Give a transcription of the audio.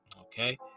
Okay